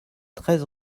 treize